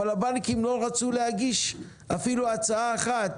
אבל הבנקים לא רצו להגיש אפילו הצעה אחת,